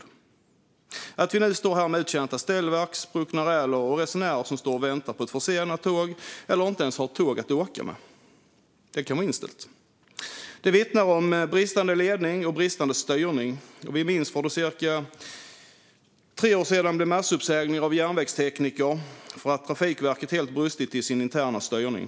Det handlar om att vi nu står här med uttjänta ställverk, spruckna räler och resenärer som står och väntar på ett försenat tåg eller inte ens har ett tåg att åka med. Det kan vara inställt. Det vittnar om bristande ledning och styrning. Vi minns hur det för cirka tre år sedan blev massuppsägningar av järnvägstekniker för att Trafikverket helt brustit i sin interna styrning.